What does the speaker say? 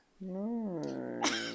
Nice